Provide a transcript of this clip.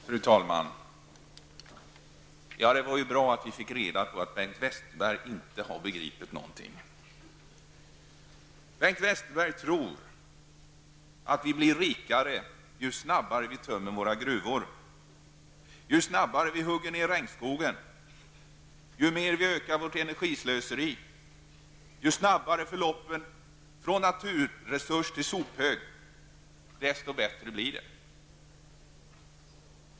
Fru talman! Det var bra att vi fick reda på att Bengt Westerberg inte har begripit någonting. Bengt Westerberg tror att vi blir rikare ju snabbare vi tömmer våra gruvor. Ju snabbare vi hugger ned regnskogen, ju mer vi ökar vårt energislöseri, ju snabbare förlopp från naturresurs till sophög, desto bättre blir det.